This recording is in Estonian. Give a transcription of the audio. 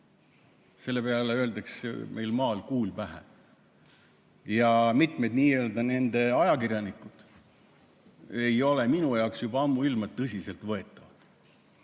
Selle peale öeldakse meil maal, et kuul pähe. Mitmed nende nii-öelda ajakirjanikud ei ole minu jaoks juba ammuilma tõsiselt võetavad.